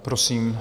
Prosím.